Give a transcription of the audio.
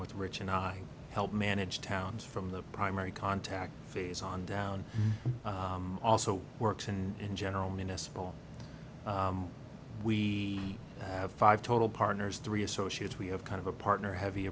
with rich and i helped manage towns from the primary contact phase on down also works and in general municipal we have five total partners three associates we have kind of a partner heavy